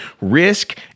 Risk